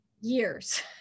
years